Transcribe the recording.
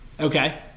Okay